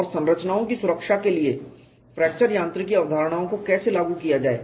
और संरचनाओं की सुरक्षा के लिए फ्रैक्चर यांत्रिकी अवधारणाओं को कैसे लागू किया जाए